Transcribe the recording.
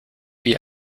wie